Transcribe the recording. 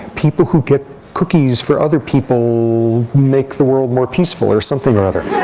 people who get cookies for other people make the world more peaceful, or something or other.